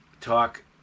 talk